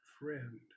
friend